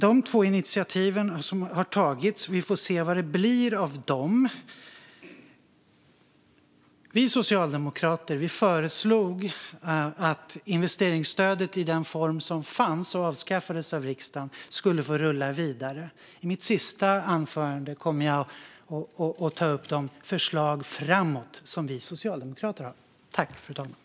Vi får se vad det blir av de två initiativ som har tagits. Vi socialdemokrater föreslog att investeringsstödet i den form som fanns, som avskaffades av riksdagen, skulle få rulla vidare. I mitt sista anförande kommer jag att ta upp de förslag som vi socialdemokrater har för framtiden.